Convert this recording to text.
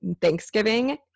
Thanksgiving